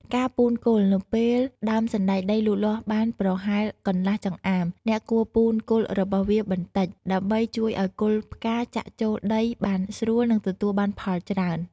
ការពូនគល់ នៅពេលដើមសណ្ដែកដីលូតលាស់បានប្រហែលកន្លះចម្អាម អ្នកគួរពូនគល់របស់វាបន្តិចដើម្បីជួយឱ្យគល់ផ្កាចាក់ចូលដីបានស្រួល និងទទួលបានផលច្រើន។